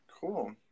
Cool